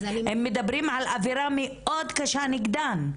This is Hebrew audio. הם מדברים על אווירה מאוד קשה נגדם.